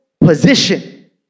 position